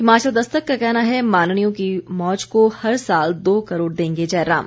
हिमाचल दस्तक का कहना है माननीयों की मौज को हर साल दो करोड़ देंगे जयराम